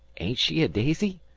ain't she a daisy?